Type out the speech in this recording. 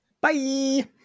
Bye